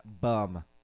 bum